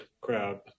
crowd